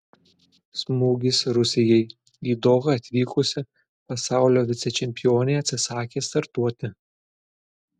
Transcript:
smūgis rusijai į dohą atvykusi pasaulio vicečempionė atsisakė startuoti